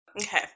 Okay